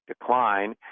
decline